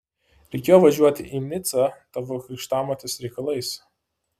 reikėjo važiuoti į nicą tavo krikštamotės reikalais